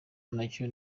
nacyo